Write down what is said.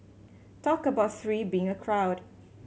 talk about three being a crowd